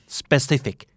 specific